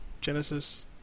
Genesis